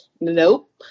Nope